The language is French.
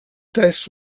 tests